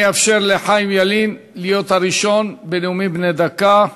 אני אאפשר לחיים ילין להיות הראשון בנאומים בני דקה,